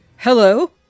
Hello